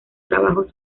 trabajos